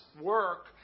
work